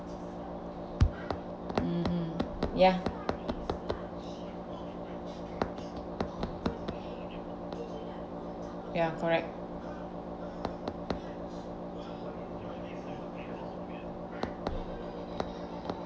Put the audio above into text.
mm mm ya ya correct